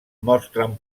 mostren